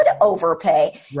overpay